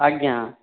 ଆଜ୍ଞା